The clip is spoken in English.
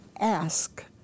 ask